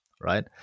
right